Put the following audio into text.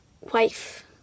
wife